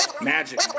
Magic